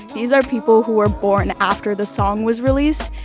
these are people who were born after the song was released.